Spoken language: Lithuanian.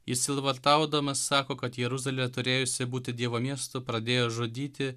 jis sielvartaudamas sako kad jeruzalė turėjusi būti dievo miestu pradėjo žudyti